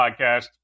podcast